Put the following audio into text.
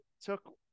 took